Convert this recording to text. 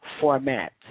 format